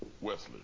wesley